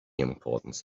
importance